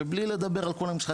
ובלי לדבר על כל המשחק,